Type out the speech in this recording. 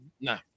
No